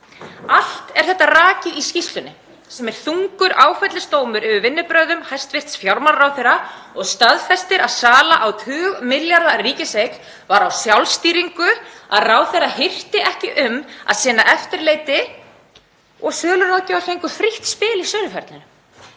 Allt er þetta rakið í skýrslunni sem er þungur áfellisdómur yfir vinnubrögðum hæstv. fjármálaráðherra og staðfestir að sala á tugmilljarða ríkiseign var á sjálfstýringu, að ráðherra hirti ekki um að sinna eftirliti og söluráðgjafar fengu frítt spil í söluferlinu.